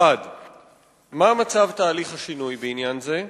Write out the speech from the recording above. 1. מהו מצב תהליך השינוי בעניין זה?